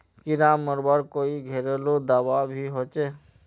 कीड़ा मरवार कोई घरेलू दाबा भी होचए?